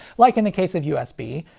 like in the case of usb,